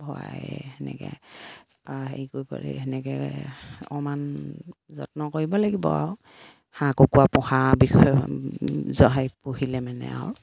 ভৰাই সেনেকে হেৰি কৰিব লাগে সেনেকে অকমান যত্ন কৰিব লাগিব আৰু হাঁহ কুকুৰা পোহা বিষয়ে পঢ়িলে মানে আৰু